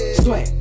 sweat